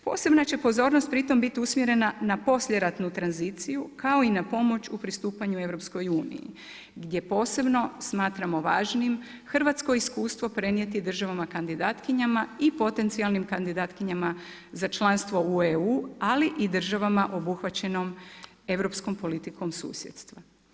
Posebna će pozornost pri tom biti usmjerena na poslijeratnu tranziciju, kao i na pomoć pristupanju EU, gdje posebno smatramo važnim, hrvatsko iskustvo prenijeti državama kandidatkinjama i potencijalnim kandidatkinjama za članstvo u EU, ali i državama obuhvaćanom europskom politikom susjedstva.